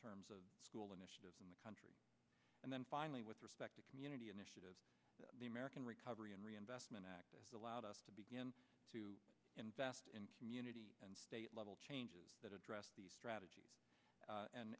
terms of school initiatives in the country and then finally with respect to community initiatives the american recovery and reinvestment act allowed us to begin to invest in community and state level changes that address strateg